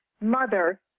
mother